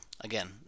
again